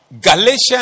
Galatians